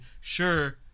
sure